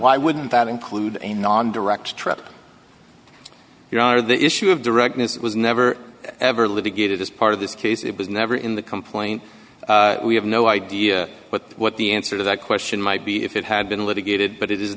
why wouldn't that include a non direct trip here are the issue of directness it was never ever litigated as part of this case it was never in the complaint we have no idea but what the answer to that question might be if it had been litigated but it is